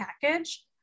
package